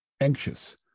anxious